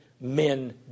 men